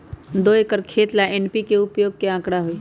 दो एकर खेत ला एन.पी.के उपयोग के का आंकड़ा होई?